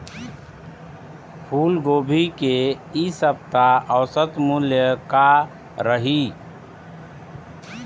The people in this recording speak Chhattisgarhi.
फूलगोभी के इ सप्ता औसत मूल्य का रही?